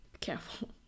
careful